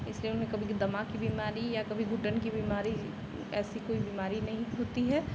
इसलिए उन्हें कभी भी दमा की बीमारी या कभी घुटन की बीमारी ऐसी कोई बीमारी नहीं होती है